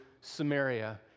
Samaria